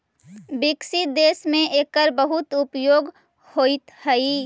विकसित देश में एकर बहुत उपयोग होइत हई